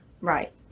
Right